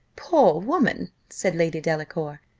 poor woman, said lady delacour,